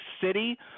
city